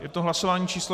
Je to hlasování číslo 29.